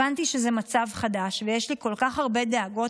הבנתי שזה מצב חדש ויש לי כל כך הרבה דאגות